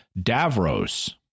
Davros